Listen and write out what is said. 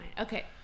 Okay